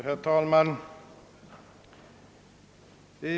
Herr talman!